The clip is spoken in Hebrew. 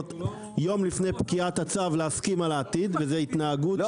יום לפני פקיעת הצו להסכים על העתיד וזו התנהגות שממשיכה.